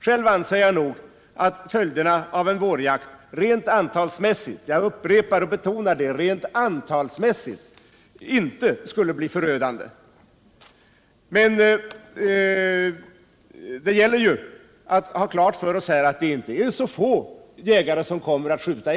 Själv anser jag att följderna av en vårjakt rent antalsmässigt inte skulle bli förödande. Men det gäller att ha klart för sig att det i alla fall inte är så få jägare som kommer att skjuta.